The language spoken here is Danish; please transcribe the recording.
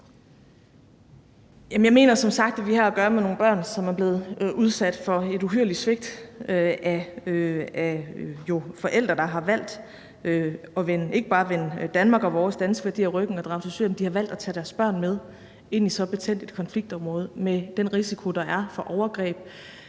Jeg mener som sagt, at vi har at gøre med nogle børn, som er blevet udsat for et uhyrligt svigt af forældre, der har valgt at vende ikke bare Danmark og vores danske værdier ryggen og drage til Syrien, men som har valgt at tage deres børn med ind i så betændt et konfliktområde med den risiko, der er for overgreb,